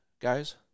guys